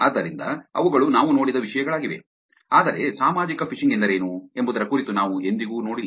ಆದ್ದರಿಂದ ಅವುಗಳು ನಾವು ನೋಡಿದ ವಿಷಯಗಳಾಗಿವೆ ಆದರೆ ಸಾಮಾಜಿಕ ಫಿಶಿಂಗ್ ಎಂದರೇನು ಎಂಬುದರ ಕುರಿತು ನಾವು ಎಂದಿಗೂ ನೋಡಿಲ್ಲ